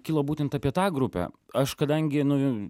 kilo būtent apie tą grupę aš kadangi nu